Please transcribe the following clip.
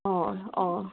অঁ অঁ